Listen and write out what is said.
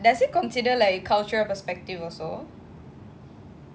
is this considered like cultural perspective also